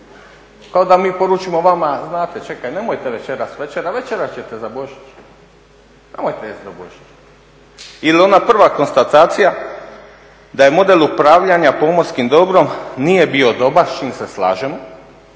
Kao da mi poručimo vama znate čekajte nemojte večeras večerati večerat ćete za Božić, nemojte jesti do Božića. Ili ona prva konstatacija da je model upravljanja pomorskim dobrom nije bio dobar, s čim se slažemo